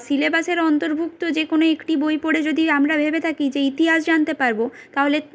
সিলেবাসের অন্তর্ভুক্ত যে কোনো একটি বই পড়ে যদি আমরা ভেবে থাকি যে ইতিহাস জানতে পারব তা হলে